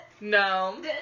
No